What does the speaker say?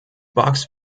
box